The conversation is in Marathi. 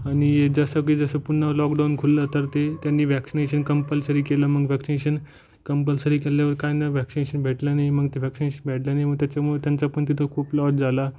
आणि जसं की जसं पुन्हा लॉकडाऊन खुललं तर ते त्यांनी व्हॅक्सिनेशन कंपलसरी केलं मग व्हॅक्सिनेशन कंपलसरी केल्यावर काहींना व्हॅक्सिनेशन भेटलं नाही मग ते व्हॅक्सिनेशन भेटलं नाही मग त्याच्यामुळे त्यांचा पण तिथे खूप लॉस झाला